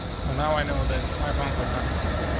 so now i know that my friends are not included.